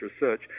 research